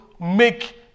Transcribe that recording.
make